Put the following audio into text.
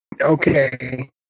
Okay